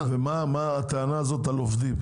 -- אתה יכול להסביר לי את הטענה הזאת על עובדים?